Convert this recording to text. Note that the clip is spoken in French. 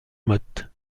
motte